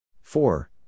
four